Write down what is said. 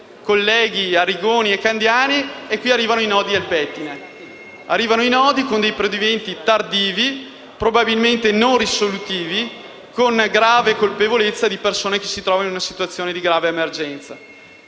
colleghi Arrigoni e Candiani e ora i nodi arrivano al pettine. Arrivano i nodi, con provvedimenti tardivi, probabilmente non risolutivi, con grave colpevolezza nei confronti di persone che si trovano in una situazione di grave emergenza.